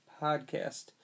podcast